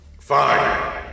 Fine